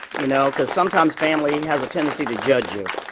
you know, because sometimes family has a tendency to judge you.